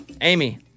Amy